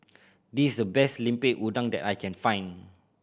this is the best Lemper Udang that I can find